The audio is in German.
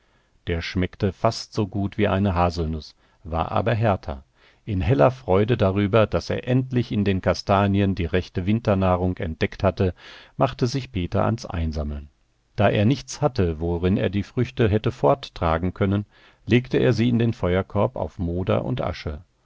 der schmeckte fast so gut wie eine haselnuß war aber härter in heller freude darüber daß er endlich in den kastanien die rechte winternahrung entdeckt hatte machte sich peter ans einsammeln da er nichts hatte worin er die früchte hätte forttragen können legte er sie in den feuerkorb auf moder und asche